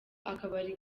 akabari